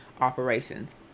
operations